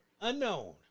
unknown